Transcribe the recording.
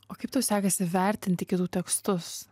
o kaip tau sekasi vertinti kitų tekstus